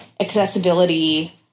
accessibility